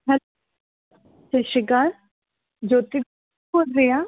ਹੈਲ ਸਤਿ ਸ਼੍ਰੀ ਅਕਾਲ ਜੋਤੀ ਬੋਲ ਰਹੇ ਆ